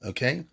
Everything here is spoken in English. Okay